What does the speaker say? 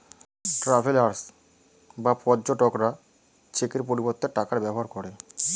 travellers বা পর্যটকরা চেকের পরিবর্তে টাকার ব্যবহার করে